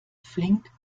flink